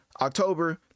october